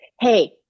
Hey